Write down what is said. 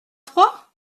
froid